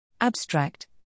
Abstract